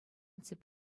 тӗп